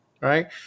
right